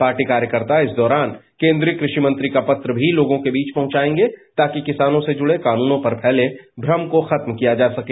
party कार्यकर्ता इस दौरान केन्द्रीय क्रूपि गंत्री का पत्र भी लोगों के बीच पहचायेंगे ताकि किसानों से जुड़े कानूनों पर फैले भ्रम को खत्म किया जा सके